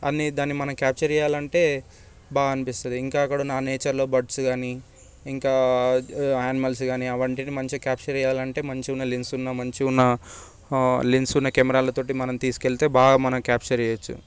కానీ దాన్ని మనం క్యాప్చర్ చేయాలంటే బాగనిపిస్తుంది ఇంకా కూడా నేచర్లో బడ్స్ గానీ ఇంకా యానిమల్స్ గానీ అవి క్యాప్చర్ చేయాలంటే మంచిగున్న లెన్స్ ఉన్న ఆ లెన్స్ ఉన్న కెమెరాలు తోటి మనం తీసుకెళ్తే బాగా మనం క్యాప్చర్ చేయొచ్చు